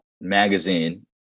magazine